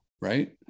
right